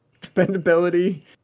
dependability